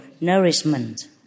nourishment